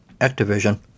Activision